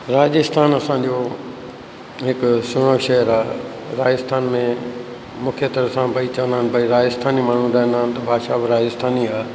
राजस्थान असांजो हिकु सुहिणो शहर आहे राजस्थान में मुख्य तौर सां भई चवंदा आहिनि भई राजस्थानी माण्हू हूंदा आहिनि त भाषा बि राजस्थानी आहे